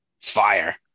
fire